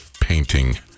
painting